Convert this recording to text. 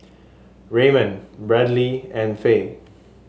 Raymond Bradly and Fay